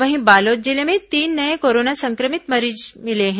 वहीं बालोद जिले में तीन नये कोरोना संक्रमित मरीज मिले हैं